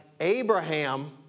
Abraham